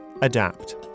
Adapt